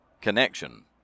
connection